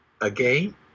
again